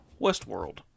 westworld